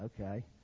okay